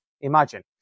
Imagine